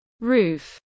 Roof